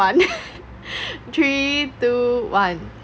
three two one